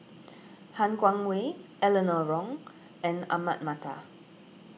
Han Guangwei Eleanor Wong and Ahmad Mattar